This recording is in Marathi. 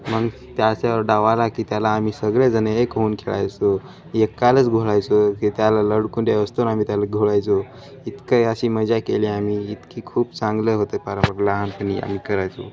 मग त्याच्यावर डाव आला की त्याला आम्ही सगळेजण एक होऊन खेळायचो एकालाच घोळायचो की त्याला लडकुंद्यावस्तून आम्ही त्याला घोळायचो इतकंही अशी मजा केली आम्ही इतकी खूप चांगलं होतं पारवाक लहानपणी आम्ही करायचो